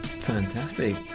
Fantastic